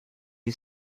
you